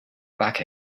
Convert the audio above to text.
back